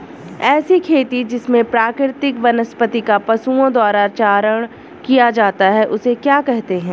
ऐसी खेती जिसमें प्राकृतिक वनस्पति का पशुओं द्वारा चारण किया जाता है उसे क्या कहते हैं?